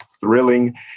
thrilling